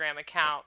account